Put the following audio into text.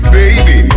baby